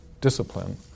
discipline